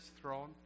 throne